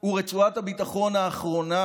הוא רצועת הביטחון האחרונה,